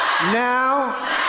Now